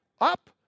up